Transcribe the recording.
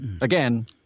Again